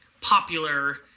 popular